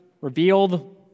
revealed